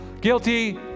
Guilty